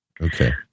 Okay